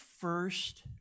first